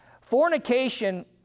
fornication